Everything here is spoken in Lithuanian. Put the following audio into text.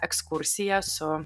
ekskursiją su